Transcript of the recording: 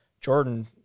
Jordan